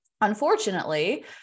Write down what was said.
Unfortunately